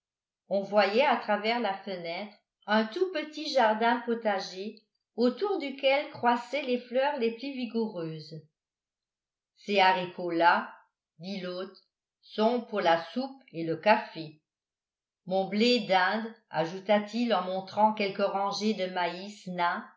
on voyait à travers la fenêtre un tout petit jardin potager autour duquel croissaient les fleurs les plus vigoureuses ces haricots là dit l'hôte sont pour la soupe et le café mon blé dinde ajouta-t-il en montrant quelques rangées de maïs